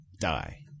Die